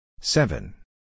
Seven